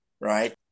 right